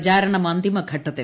പ്രചാരണം അന്തിമഘട്ടത്തിൽ